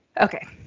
okay